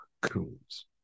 coons